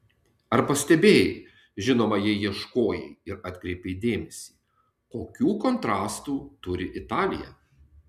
ar pastebėjai žinoma jei ieškojai ir atkreipei dėmesį kokių kontrastų turi italija